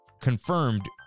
confirmed